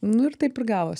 nu ir taip ir gavos